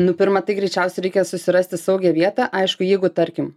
nu pirma tai greičiausiai reikės susirasti saugią vietą aišku jeigu tarkim